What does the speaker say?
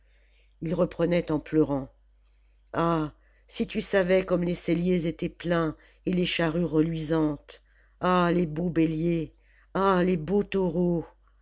il reprenait en pleurant ah si tu savais comme les celliers étaient pleins et les charrues reluisantes ah les beaux béliers ah les